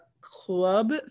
club